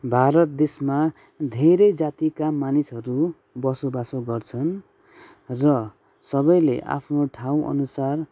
भारत देशमा धेरै जातिका मानिसहरू बसोबास गर्छन् र सबैले आफ्नो ठाउँ अनुसार